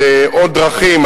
על עוד דרכים,